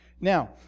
Now